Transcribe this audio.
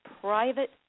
private